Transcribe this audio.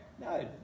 No